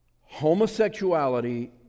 homosexuality